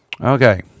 Okay